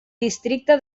districte